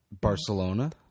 Barcelona